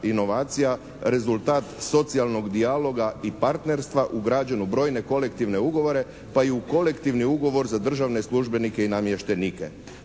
inovacija rezultat socijalnog dijaloga i partnerstva ugrađen u brojne kolektivne ugovore pa i u kolektivni ugovor za državne službenike i namještenike.